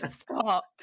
Stop